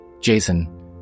Jason